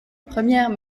première